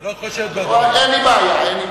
לא חושד, אין לי בעיה.